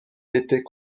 était